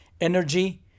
energy